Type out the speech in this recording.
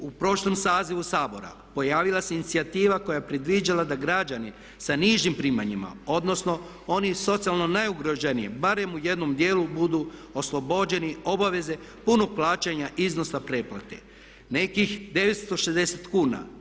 U prošlom sazivu Sabora pojavila se inicijativa koja je predviđala da građani sa nižim primanjima, odnosno oni socijalno najugroženiji barem u jednom djelu budu oslobođeni obaveze punog plaćanja iznosa pretplate nekih 960 kuna.